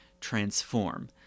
transform